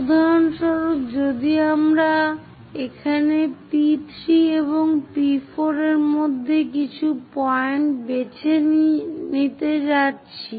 উদাহরণস্বরূপ যদি আমরা এখানে P3 এবং P4 এর মধ্যে কিছু পয়েন্ট বেছে নিতে যাচ্ছি